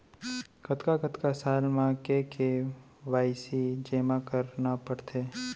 कतका कतका साल म के के.वाई.सी जेमा करना पड़थे?